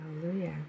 Hallelujah